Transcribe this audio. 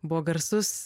buvo garsus